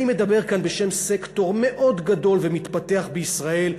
אני מדבר כאן בשם סקטור מאוד גדול ומתפתח בישראל,